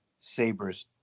sabers